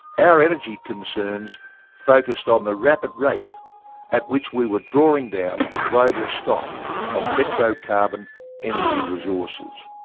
our energy concerns focused on the rapid rate at which we were drawing down the global stock of petro carbon energy resources.